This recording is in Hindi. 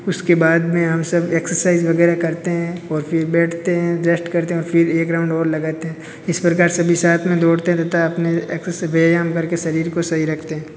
उसके बाद में हम सब एक्सरसाइज वगैरह करते हैं और फिर बैठते हैं रेस्ट करते है और फिर एक राउंड और लगाते हैं इस प्रकार से सभी साथ में दौड़ते है तथा अपने व्यायाम करके शरीर को सही रखते है